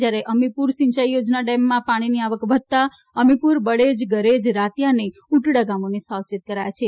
જ્યારે અમીપુર સિંચાઇ યોજના ડેમમાં પાણીની આવક વધતાં અમીપુર બળેજ ગરેજ રાતીયા અને ઉટડા ગામોને સાવચેત કરાયા છે